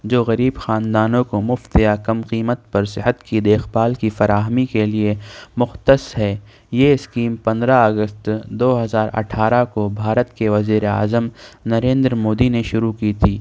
جوغریب خاندانوں کومفت یا کم قیمت پر صحت کی دیکھ بھال کی فراہمی کے لیے مختص ہے یہ اسکیم پندرہ اگست دو ہزار اٹھارہ کو بھارت کے وزیر اعظم نریندر مودی نے شروع کی تھی